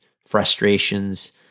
frustrations